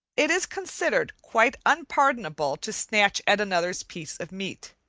it is considered quite unpardonable to snatch at another's piece of meat,